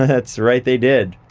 that's right, they did.